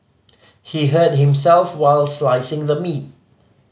he hurt himself while slicing the meat